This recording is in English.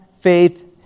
faith